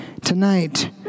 Tonight